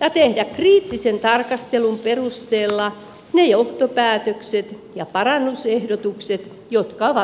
ja tehdä kriittisen tarkastelun perusteella ne johtopäätökset ja parannusehdotukset jotka ovat tarpeen